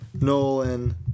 Nolan